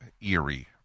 eerie